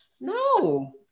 No